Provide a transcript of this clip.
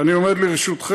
אני עומד לרשותכם.